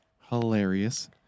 Hilarious